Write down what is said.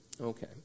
Okay